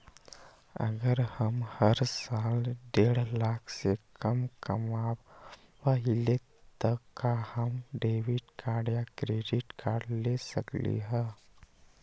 अगर हम हर साल डेढ़ लाख से कम कमावईले त का हम डेबिट कार्ड या क्रेडिट कार्ड ले सकली ह?